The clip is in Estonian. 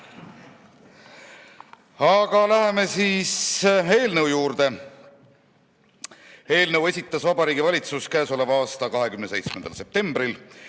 läheme siis eelnõu juurde. Eelnõu esitas Vabariigi Valitsus k.a 27. septembril.